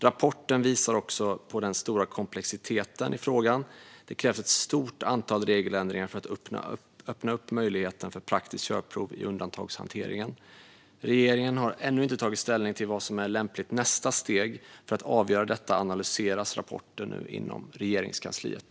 Rapporten visar också på den stora komplexiteten i frågan. Det krävs ett stort antal regeländringar för att öppna upp möjligheten för praktiskt körprov i undantagshanteringen. Regeringen har ännu inte tagit ställning till vad som är ett lämpligt nästa steg. För att avgöra detta analyseras rapporten nu inom Regeringskansliet.